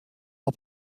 wat